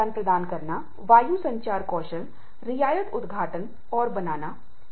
और उसके अनुसार खुद को व्यवस्थित करें